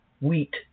wheat